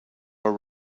all